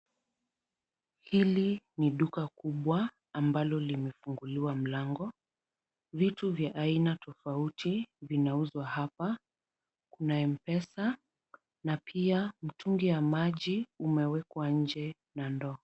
Hili ni duka kubwa ambalo limefunguliwa mlango. Vitu vya aina tofauti vinauzwa hapa kuna M-Pesa na pia mtungi ya maji umewekwa nje na ndoo.